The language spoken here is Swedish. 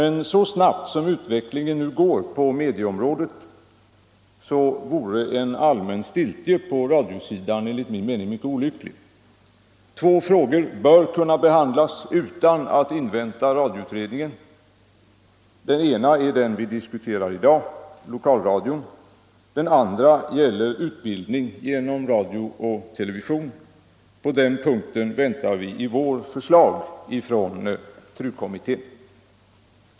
Men så snabbt som utvecklingen går på medieområdet, vore en allmän stiltje på radiosidan enligt min mening mycket olycklig. Två frågor bör kunna behandlas utan att man inväntar radioutredningen. Den ena är den som vi diskuterar i dag — lokalradion — och den andra gäller utbildning inom radio och television. På den punkten väntar vi i vår förslag från TRU kommittén.